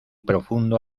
profundo